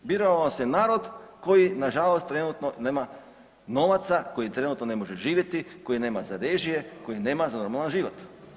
Birao nas je narod koji nažalost trenutno nema novaca, koji trenutno ne može živjeti, koji nema za režije, koji nema za normalan život.